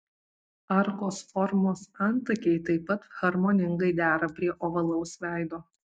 arkos formos antakiai taip pat harmoningai dera prie ovalaus veido